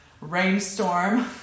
rainstorm